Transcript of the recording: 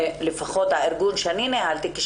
לפחות הארגון שאני ניהלתי,